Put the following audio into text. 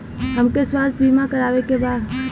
हमके स्वास्थ्य बीमा करावे के बा?